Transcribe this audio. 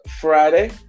Friday